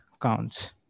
counts